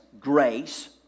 grace